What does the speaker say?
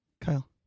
Kyle